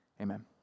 amen